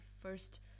first